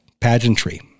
Pageantry